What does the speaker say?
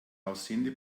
aussehende